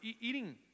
eating